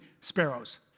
sparrows